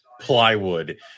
plywood